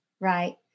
Right